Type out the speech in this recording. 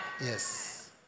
Yes